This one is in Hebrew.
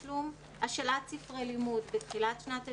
השאלת ספרי לימוד בתחילת שנת הלימודים.